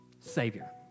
Savior